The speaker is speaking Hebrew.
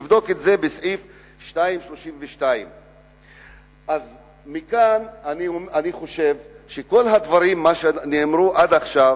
תבדוק את זה בסעיף 32(2). מכאן אני חושב שכל הדברים שנאמרו עד עכשיו,